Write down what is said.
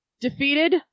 defeated